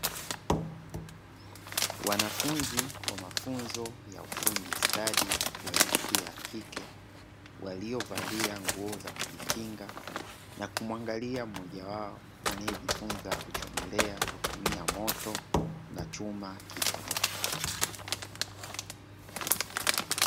Wanafunzi wa mafunzo ya ufundi stadi wa jinsia ya kike, waliovalia nguo za kujikinga na kumuangalia mmoja wao anaejifunza kuchomelea kutumia moto na chuma kidogo.